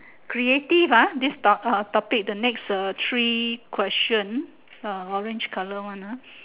creative ah this top ah topic the next uh three question uh orange colour one ah